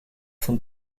von